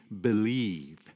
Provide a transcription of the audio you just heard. believe